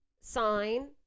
sign